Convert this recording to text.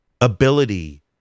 ability